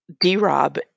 D-Rob